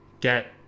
get